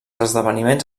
esdeveniments